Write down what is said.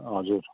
हजुर